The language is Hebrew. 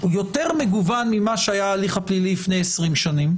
הוא יותר מגוון ממה שהיה ההליך הפלילי לפני 20 שנים,